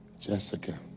Jessica